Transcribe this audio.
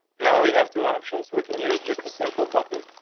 now we have two options we can use just a simple button.